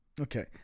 Okay